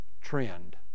trend